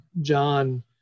John